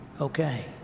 okay